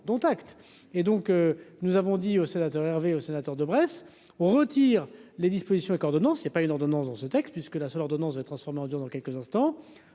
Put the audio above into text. et donc nous avons dit aux sénateurs Hervé sénateur de Bresse retire les dispositions et coordonnant c'est est pas une ordonnance dans ce texte, puisque la seule ordonnance de transformant en dur dans quelques instants,